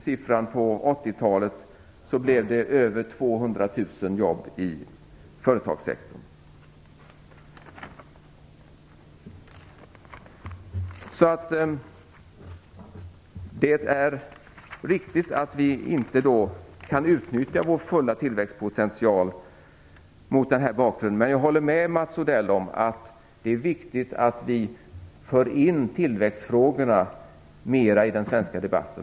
Under 80-talet blev det över 200 000 jobb i företagssektorn. Det är riktigt att vi mot denna bakgrund inte kan utnyttja vår fulla tillväxtpotential. Jag håller med Mats Odell om att det är viktigt att vi för in tillväxtfrågorna i den svenska debatten.